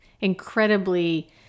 incredibly